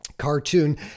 cartoon